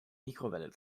mikrowelle